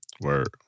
word